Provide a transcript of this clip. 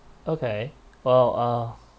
okay well uh